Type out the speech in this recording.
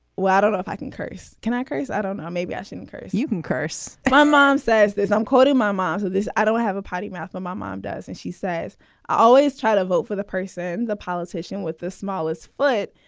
well, i don't know if i can curse. can i curse? i don't. ah maybe i shouldn't curse. you can curse my mom says there's i'm quoting my mom. so this i don't have a potty mouth and um my mom does. and she says i always try to vote for the person, the politician with the smallest foot,